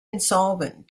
insolvent